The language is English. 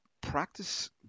practice